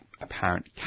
apparent